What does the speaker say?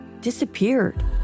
disappeared